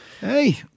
Hey